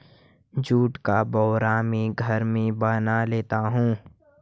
जुट का बोरा मैं घर में बना लेता हूं